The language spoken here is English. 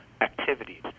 activities